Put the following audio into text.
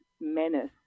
menace